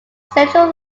central